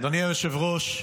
אדוני היושב-ראש,